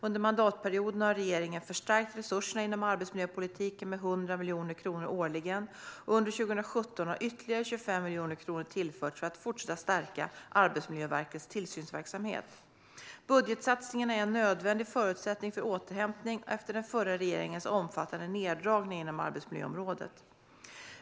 Under mandatperioden har regeringen förstärkt resurserna inom arbetsmiljöpolitiken med 100 miljoner kronor årligen, och under 2017 har ytterligare 25 miljoner kronor tillförts för att fortsatt stärka Arbetsmiljöverkets tillsynsverksamhet. Budgetsatsningarna är en nödvändig förutsättning för återhämtning efter den förra regeringens omfattande neddragningar inom arbetsmiljöområdet.